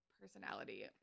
personality